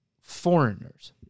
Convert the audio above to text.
foreigners